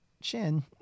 chin